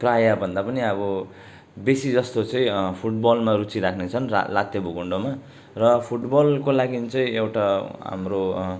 प्रायः भन्दा पनि अब बेसी जस्तो चाहिँ फुटबलमा रुचि राख्नेछन् र ला लात्ते भकुन्डोमा र फुटबलको लागि चाहिँ एउटा हाम्रो